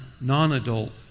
non-adult